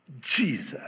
Jesus